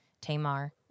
Tamar